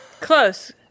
close